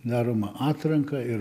daroma atranka ir